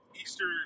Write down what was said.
Eastern